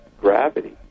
gravity